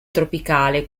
tropicale